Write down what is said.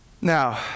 Now